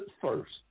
first